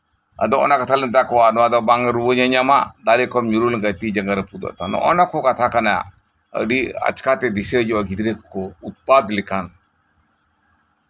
ᱟᱫᱚ ᱚᱱᱟ ᱠᱟᱛᱷᱟ ᱞᱮ ᱢᱮᱛᱟ ᱠᱚᱣᱟ ᱵᱟᱝ ᱨᱩᱣᱟᱹ ᱧᱟᱧᱟᱢᱟ ᱫᱟᱨᱮ ᱠᱷᱚᱱ ᱧᱩᱨᱡᱦᱟᱹ ᱞᱮᱱᱠᱷᱟᱱ ᱛᱤ ᱡᱟᱝᱜᱟ ᱨᱟᱹᱯᱩᱫᱚᱜ ᱛᱟᱢᱟ ᱱᱚᱜ ᱼᱚ ᱱᱚᱣᱟ ᱠᱚ ᱠᱟᱛᱷᱟ ᱠᱟᱱᱟ ᱟᱹᱰᱤ ᱟᱪᱠᱟᱛᱮ ᱫᱤᱥᱟᱹ ᱦᱤᱡᱩᱜᱼᱟ ᱜᱤᱫᱽᱨᱟᱹ ᱠᱚ ᱩᱛᱯᱟᱛ ᱞᱮᱠᱷᱟᱱ